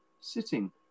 sitting